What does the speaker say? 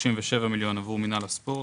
37 מיליון עבור מינהל הספורט.